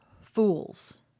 fools